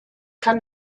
kann